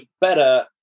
better